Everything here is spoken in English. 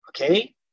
Okay